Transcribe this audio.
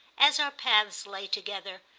as our paths lay together,